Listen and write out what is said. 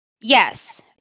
yes